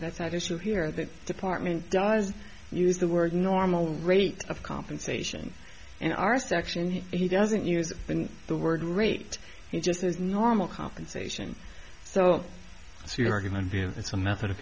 that's at issue here the department does use the word normal rate of compensation in our section he doesn't use the word rate he just says normal compensation so so your argument view it's a method of